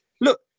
look